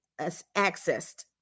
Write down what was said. accessed